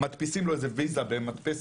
מדפיסים לו במדפסת